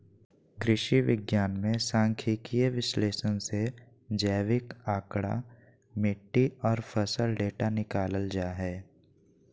कृषि विज्ञान मे सांख्यिकीय विश्लेषण से जैविक आंकड़ा, मिट्टी आर फसल डेटा निकालल जा हय